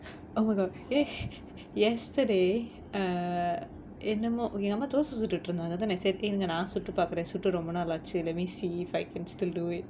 oh my god eh yesterday uh என்னமோ எங்க அம்மா தோச சுட்டுட்டு இருந்தாங்க:ennamo enga amma thosa suttuttu irunthaanga then I said இருங்க நான் சுட்டு பாக்குறேன் சுட்டு ரொம்ப நாளாச்சி:irunga naan suttu paakkuraen suttu romba nalaachi let me see if I can still do it